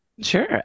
Sure